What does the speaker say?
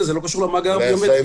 למאגר.